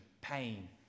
pain